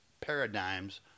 paradigms